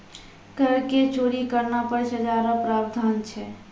कर के चोरी करना पर सजा रो प्रावधान छै